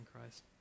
Christ